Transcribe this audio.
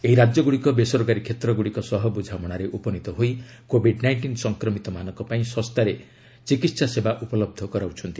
ଏହି ରାଜ୍ୟଗୁଡ଼ିକ ବେସରକାରୀ କ୍ଷେତ୍ରଗୁଡ଼ିକ ସହ ବୁଝାମଣାରେ ଉପନୀତ ହୋଇ କୋଭିଡ୍ ନାଇଷ୍ଟିନ୍ ସଂକ୍ରମିତମାନଙ୍କ ପାଇଁ ଶସ୍ତାରେ ଚିକିତ୍ସା ସେବା ଉପଲବ୍ଧ କରାଉଛନ୍ତି